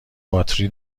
باتری